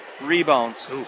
rebounds